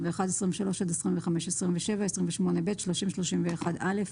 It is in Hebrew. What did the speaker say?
20, 21, 23 עד 25, 27, 28(ב), 30, 31(א)